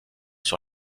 sur